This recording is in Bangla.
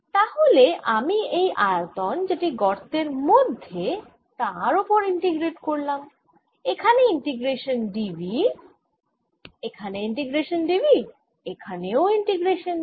তাহলে আমি এই আয়তন যেটি গর্তের মধ্যে তার ওপর ইন্টিগ্রেট করলাম এখানে ইন্টিগ্রেশান d v এখানে ইন্টিগ্রেশান d v এখানেও ইন্টিগ্রেশান d v